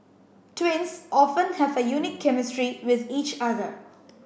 twins often have a unique chemistry with each other